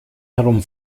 herum